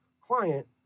client